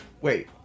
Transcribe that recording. Wait